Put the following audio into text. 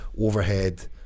overhead